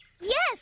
Yes